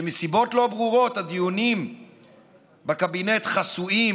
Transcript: ומסיבות לא ברורות הדיונים בקבינט חסויים,